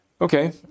Okay